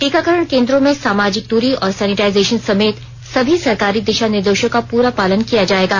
टीकाकरण केंद्रो में सामाजिक दूरी और सैनिटाइजेशन समेत सभी सरकारी दिशा निर्देशों का पूरा पालन किया जाएगा